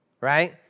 right